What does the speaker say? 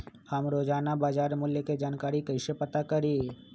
हम रोजाना बाजार मूल्य के जानकारी कईसे पता करी?